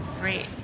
Great